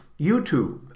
YouTube